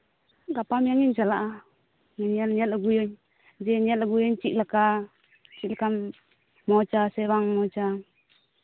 ᱜᱟᱯᱟ ᱢᱮᱭᱟᱝ ᱤᱧ ᱪᱟᱞᱟᱜᱼᱟ ᱧᱮᱞ ᱟᱹᱜᱩᱭᱟᱹᱧ ᱪᱮᱫ ᱞᱮᱠᱟ ᱪᱮᱫ ᱞᱮᱠᱟ ᱢᱚᱸᱡ ᱟᱥᱮ ᱵᱟᱝ ᱢᱚᱸᱡᱼᱟ